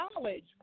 knowledge